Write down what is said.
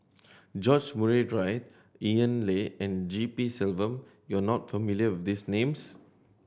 George Murray Reith Ian Loy and G P Selvam You are not familiar with these names